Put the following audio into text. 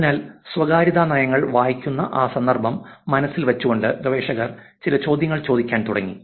അതിനാൽ സ്വകാര്യതാ നയങ്ങൾ വായിക്കുന്ന ആ സന്ദർഭം മനസ്സിൽ വച്ചുകൊണ്ട് ഗവേഷകർ ചില ചോദ്യങ്ങൾ ചോദിക്കാൻ തുടങ്ങി